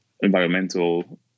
environmental